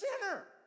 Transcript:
sinner